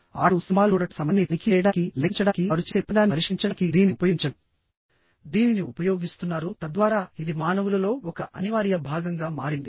ఆటలు సినిమాలు చూడటం సమయాన్ని తనిఖీ చేయడానికి లెక్కించడానికి వారు చేసే ప్రతిదాన్ని పరిష్కరించడానికి దీనిని ఉపయోగించడం దీనిని ఉపయోగిస్తున్నారు తద్వారా ఇది మానవులలో ఒక అనివార్య భాగంగా మారింది